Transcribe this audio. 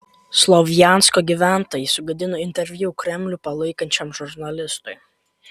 slovjansko gyventojai sugadino interviu kremlių palaikančiam žurnalistui